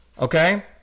Okay